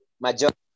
majority